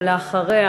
ואחריה,